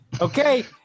Okay